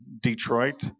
Detroit